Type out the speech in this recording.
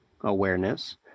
awareness